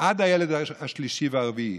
עד הילד השלישי והרביעי.